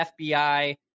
FBI